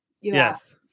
Yes